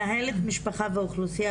ממנהלת משפחה ואוכלוסייה